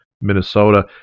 Minnesota